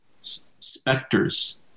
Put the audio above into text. specters